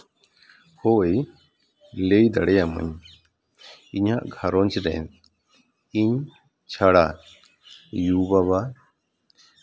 ᱦᱳᱭ ᱞᱟᱹᱭ ᱫᱟᱲᱮᱭᱟᱹᱢᱟᱹᱧ ᱤᱧᱟᱹᱜ ᱜᱷᱟᱨᱚᱸᱡᱽ ᱨᱮ ᱤᱧ ᱪᱷᱟᱲᱟ ᱟᱭᱳ ᱵᱟᱵᱟ